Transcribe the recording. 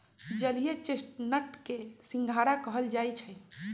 जलीय चेस्टनट के सिंघारा कहल जाई छई